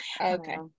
okay